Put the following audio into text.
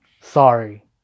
Sorry